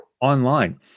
online